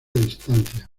distancia